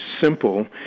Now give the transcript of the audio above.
simple